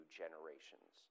generations